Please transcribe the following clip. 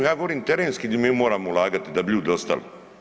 Ja govorim terenski gdje mi moramo ulagati da bi ljudi ostali.